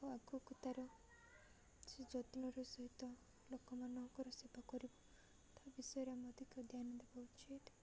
ଓ ଆଗକୁ ତା'ର ସେ ଯତ୍ନର ସହିତ ଲୋକମାନଙ୍କର ସେବା କରିବୁ ତା ବିଷୟରେ ଆମ ଅଧିକ ଧ୍ୟାନ ଦେବା ଉଚିତ୍